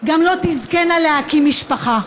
גם לא תזכינה להקים משפחה.